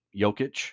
Jokic